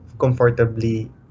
comfortably